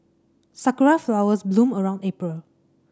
sakura flowers bloom around April